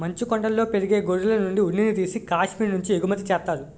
మంచుకొండలలో పెరిగే గొర్రెలనుండి ఉన్నిని తీసి కాశ్మీరు నుంచి ఎగుమతి చేత్తారు